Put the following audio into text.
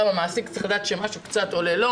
גם המעסיק צריך לדעת שעולה לו קצת.